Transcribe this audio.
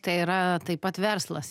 tai yra taip pat verslas